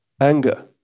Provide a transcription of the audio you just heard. Anger